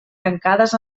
tancades